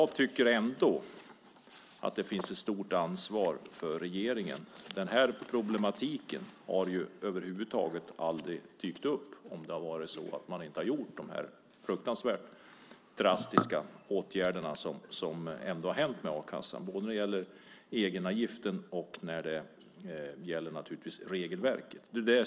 Jag tycker ändå att regeringen har ett stort ansvar. Den här problematiken hade över huvud taget aldrig dykt upp om man inte hade vidtagit de här fruktansvärt drastiska åtgärderna med a-kassan både när det gäller egenavgiften och regelverket.